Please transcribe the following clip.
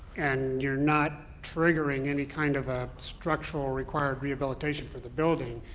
and you're not triggering any kind of a structural required rehabilitation for the building,